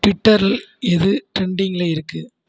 ட்விட்டரில் இது ட்ரெண்டிங்கில் இருக்குது